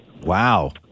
Wow